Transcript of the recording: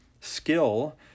skill